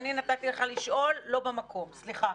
אני נתתי לך לשאול לא במקום, סליחה.